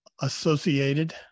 associated